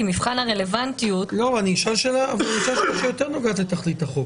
כי מבחן הרלוונטיות --- אני אשאל שאלה שיותר נוגעת לתכלית החוק